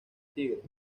tigre